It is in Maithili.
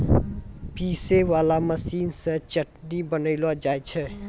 पीसै वाला मशीन से चटनी बनैलो जाय छै